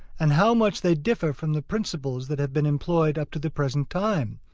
and how much they differ from the principles that have been employed up to the present time,